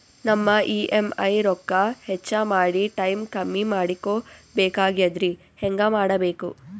ನಮ್ಮ ಇ.ಎಂ.ಐ ರೊಕ್ಕ ಹೆಚ್ಚ ಮಾಡಿ ಟೈಮ್ ಕಮ್ಮಿ ಮಾಡಿಕೊ ಬೆಕಾಗ್ಯದ್ರಿ ಹೆಂಗ ಮಾಡಬೇಕು?